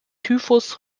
typhus